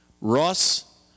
Ross